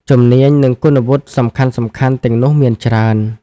ជំនាញ និងគុណវុឌ្ឍិសំខាន់ៗទាំងនោះមានច្រើន។